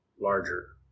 larger